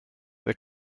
wir